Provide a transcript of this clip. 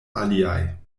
aliaj